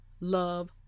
love